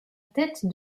tête